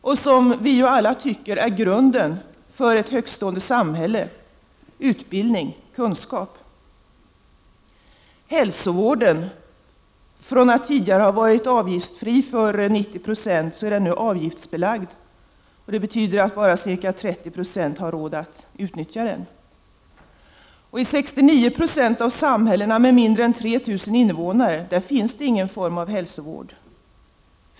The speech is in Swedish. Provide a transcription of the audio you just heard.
Vi anser ju alla att grunden för ett högtstående samhälle är utbildning och kunskap. Från att tidigare ha varit avgiftsfri för 90 90 av befolkningen är hälsovården nu avgiftsbelagd. Det betyder att bara 30 26 har råd att utnyttja den. 169 960 av samhällen med mindre än 3 000 invånare finns inte någon form av hälsovård.